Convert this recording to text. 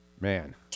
man